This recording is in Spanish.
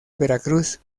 veracruz